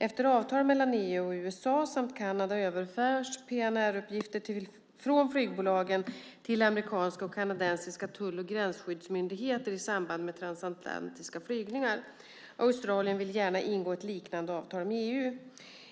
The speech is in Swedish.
Efter avtal mellan EU och USA samt Kanada överförs PNR-uppgifter från flygbolagen till amerikanska och kanadensiska tull och gränsskyddsmyndigheter i samband med transatlantiska flygningar. Australien vill gärna ingå ett liknande avtal med EU.